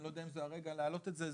אני לא יודע אם זה הרגע להעלות את זה,